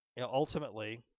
ultimately